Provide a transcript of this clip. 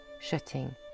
shutting